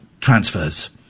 Transfers